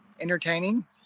entertaining